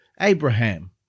Abraham